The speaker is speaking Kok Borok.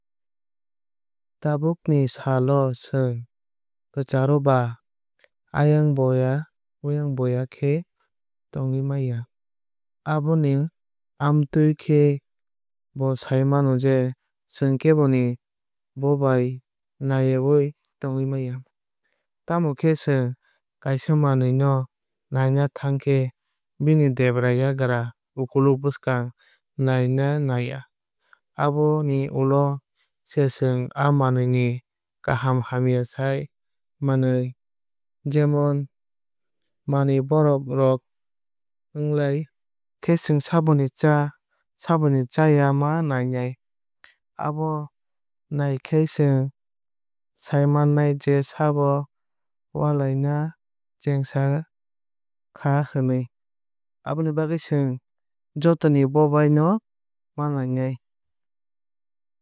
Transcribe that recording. Tabuk ni sal o chwng kwcharo ba ayangboya uwangboya khe tonggwui maya. Abono amtwui khe bo sai mano je chwng keboni bobai naiyawui tongwui maya. Tamo khe chwng kaisa manwui no naina thang khe bini debra yagra ukluk bwsakang nai ma naina. Aboni ulo se chwng aa manwui ni kaham hamya sai manai. Jemon maknwui borok rok walai khe chwng saboni cha saboni chaya ma naina. Abo naikhai se chwng sai manai je sabo walaina chengakha hinwui. Aboni bagwui chwng joto ni bobai no ma naina.